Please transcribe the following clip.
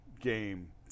game